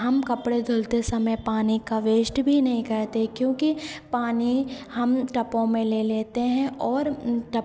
हम कपड़े धुलते समय पानी को वेस्ट भी नहीं करते क्योंकि पानी हम टबों में ले लेते हैं और टब